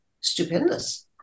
stupendous